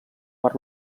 per